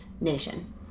nation